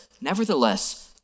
nevertheless